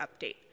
update